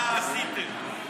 מה עשיתם?